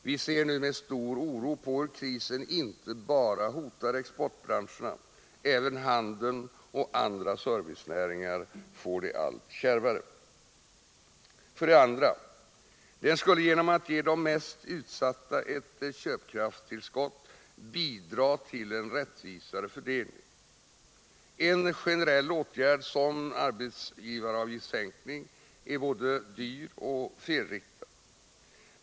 Vi ser nu med stor oro på hur krisen inte bara hotar exportbranscherna, även handeln och andra servicenäringar får det allt kärvare. 2. Den skulle, genom att ge de mest utsatta ett köpkraftstillskott, bidra till en rättvisare fördelning. En generell åtgärd som arbetsgivaravgiftssänkning är både dyr och felriktad.